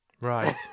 right